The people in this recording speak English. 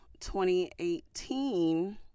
2018